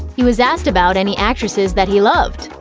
he was asked about any actresses that he loved.